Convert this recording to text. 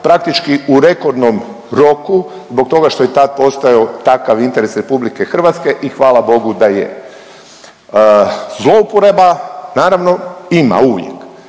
praktički u rekordnom roku zbog toga što je tad postojao takav interes RH i hvala Bogu da je. Zlouporaba naravno ima uvijek